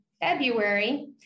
February